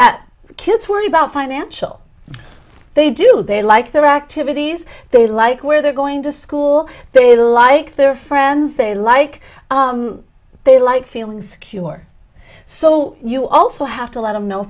that kids worry about financial they do they like their activities they like where they're going to school they like their friends they like they like feeling secure so you also have to let them know